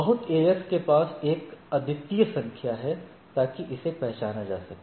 बहुत एएस के पास एक अद्वितीय संख्या है ताकि इसे पहचाना जा सके